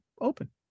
open